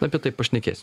apie tai pašnekėsi